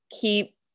keep